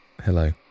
Hello